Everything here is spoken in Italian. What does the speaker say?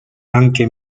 anche